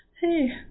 hey